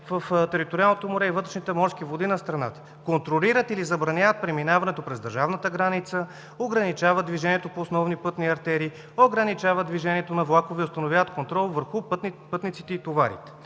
в териториалното море и вътрешните морски води на страната; контролират или забраняват преминаването през държавната граница; ограничават движението по основни пътни артерии; ограничават движението на влакове; установяват контрол върху пътниците и товарите,